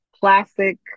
classic